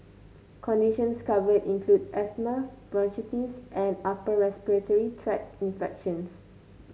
conditions covered include asthma bronchitis and upper respiratory tract infections